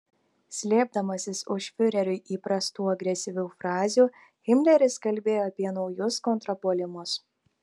slėpdamasis už fiureriui įprastų agresyvių frazių himleris kalbėjo apie naujus kontrpuolimus